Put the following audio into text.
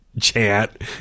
chat